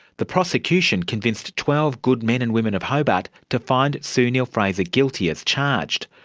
the prosecution convinced twelve good men and women of hobart to find sue neill-fraser guilty as charged.